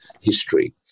history